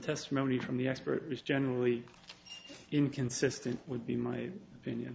estimony from the expert is generally inconsistent would be my opinion